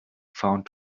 found